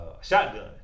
shotgun